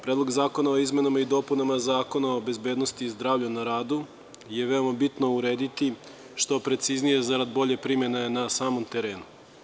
Predlog zakona o izmenama i dopunama Zakona o bezbednosti i zdravlju na radu je veoma bitno urediti, što preciznije, a zarad bolje primene na samom terenu.